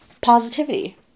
Positivity